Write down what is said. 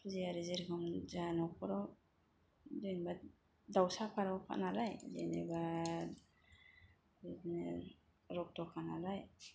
जि आरो जि रकम नखराव जेनबा दावसा फारौफा नालाय जेनेबा माने रक्तखा नालाय